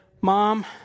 Mom